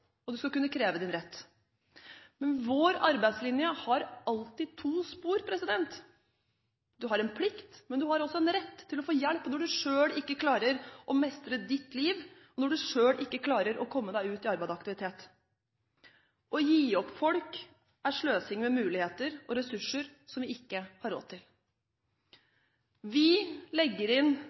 og du skal kunne kreve din rett. Men vår arbeidslinje har alltid to spor. Du har en plikt, men du har også en rett til å få hjelp når du selv ikke klarer å mestre ditt liv, og når du selv ikke klarer å komme deg ut i arbeid og aktivitet. Å gi opp folk er sløsing med muligheter og ressurser – som vi ikke har råd til. Vi legger inn